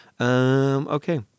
Okay